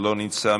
לא נמצא,